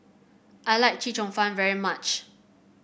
I like Chee Cheong Fun very much